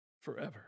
forever